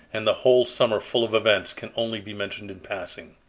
and the whole summer full of events can only be mentioned in passing.